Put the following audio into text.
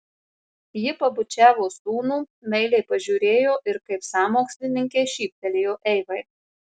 ji pabučiavo sūnų meiliai pažiūrėjo ir kaip sąmokslininkė šyptelėjo eivai